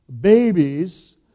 babies